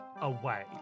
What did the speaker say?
away